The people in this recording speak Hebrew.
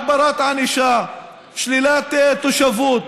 הגברת ענישה, שלילת תושבות,